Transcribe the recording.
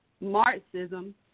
Marxism